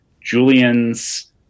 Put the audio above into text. Julian's